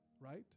right